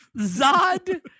Zod